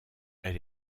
elle